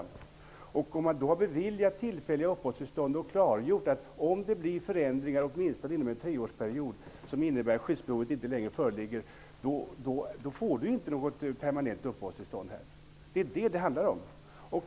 Det kan man göra om man har beviljat tillfälligt uppehållstillstånd och klargjort att flyktingen inte får något permanent uppehållstillstånd här om det inom exempelvis en treårsperiod inträffar förändringar som gör att skyddsbehov inte längre föreligger. Det är det det handlar om.